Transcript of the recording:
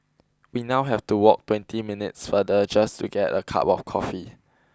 we now have to walk twenty minutes farther just to get a cup of coffee